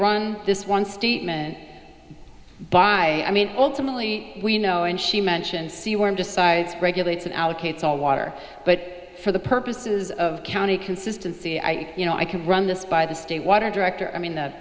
run this one statement by i mean ultimately we know and she mentioned c one decides regulates and allocates all water but for the purposes of county consistency i you know i can run this by the state water director i mean th